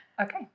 Okay